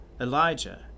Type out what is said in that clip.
Elijah